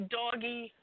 doggy